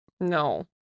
No